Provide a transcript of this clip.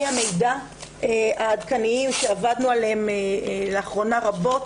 המידע העדכניים שעבדנו עליהם לאחרונה רבות,